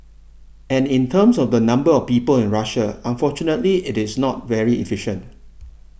and in terms of the number of people in Russia unfortunately it is not very efficient